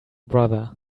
brother